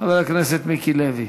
חבר הכנסת מיקי לוי.